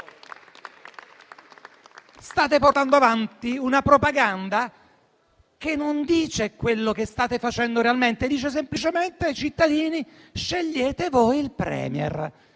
State portando avanti una propaganda che non dice quello che state facendo realmente, ma dice semplicemente ai cittadini: scegliete voi il *Premier*.